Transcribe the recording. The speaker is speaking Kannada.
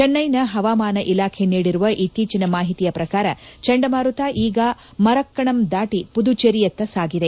ಚೆನ್ನೈನ ಹವಾಮಾನ ಇಲಾಖೆ ನೀಡಿರುವ ಇತ್ತೀಚಿನ ಮಾಹಿತಿಯ ಪ್ರಕಾರ ಚಂಡಮಾರತ ಈಗ ಮರಕ್ನಣಂ ದಾಟಿ ಪುದುಚೇರಿಯತ್ತ ಸಾಗಿದೆ